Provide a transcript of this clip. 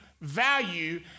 value